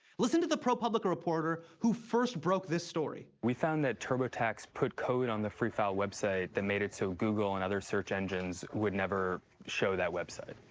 listen to the propublica reporter who first broke this story. we found that turbotax put code on the free file website that made it so google and other search engines would never show that website.